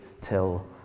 till